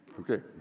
Okay